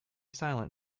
silent